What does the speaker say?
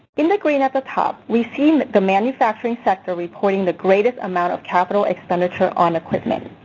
in the green at the top, we see the manufacturing sector reporting the greatest amount of capital expenditure on equipment.